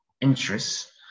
interests